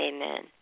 Amen